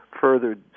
further